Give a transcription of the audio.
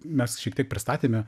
mes šiek tiek pristatėme